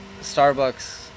Starbucks